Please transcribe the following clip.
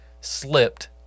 slipped